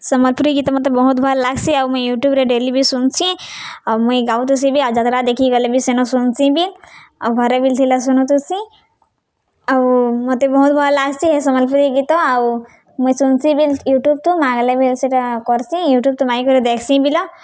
ସମ୍ବଲପୁରୀ ଗୀତ ମତେ ବହୁତ୍ ଭଲ୍ ଲାଗ୍ସି ଆଉ ମୁଇଁ ୟୁଟ୍ୟୁବ୍ରେ ଡେଲି ବି ଶୁନ୍ସିଁ ଆଉ ମୁଇଁ ଗାଉଥିସିଁ ବି ଆଉ ଯାତ୍ରା ଦେଖିଗଲେ ବି ସେନ ଶୁନ୍ସିଁ ବି ଆଉ ଘରେ ବି ଥିଲା ଶୁନୁଥିସିଁ ଆଉ ମତେ ବହୁତ୍ ଭଲ୍ ଲାଗ୍ସି ସମ୍ବଲପୁରୀ ଗୀତ୍ ଆଉ ମୁଇଁ ଶୁନ୍ସିଁ ବି ୟୁଟ୍ୟୁବ୍ତୁ ମାଗ୍ଲେ ବି ସେଟା କର୍ସି ୟୁଟ୍ୟୁବ୍ତୁ ମାଗି କରି ଦେଖସିଁ ବିଲ